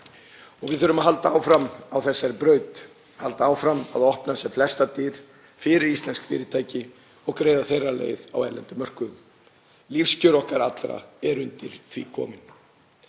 Við þurfum að halda áfram á þessari braut, halda áfram að opna sem flestar dyr fyrir íslensk fyrirtæki og greiða þeirra leið á erlendum mörkuðum. Lífskjör okkar allra eru undir því komin.